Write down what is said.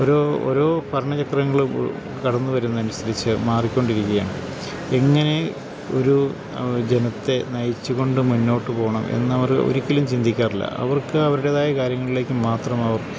ഓരോ ഓരോ ഭരണചക്രങ്ങള് കടന്ന് വരുന്നതിന് അനുസരിച്ച് മാറിക്കൊണ്ടിരിക്കുകയാണ് എങ്ങനെ ഒരു ജനത്തെ നയിച്ച്കൊണ്ട് മുന്നോട്ട് പോകണം എന്നവര് ഒരിക്കലും ചിന്തിക്കാറില്ല അവർക്ക് അവരുടേതായ കാര്യങ്ങളിലേക്ക് മാത്രമവർ